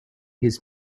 his